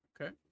Okay